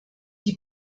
die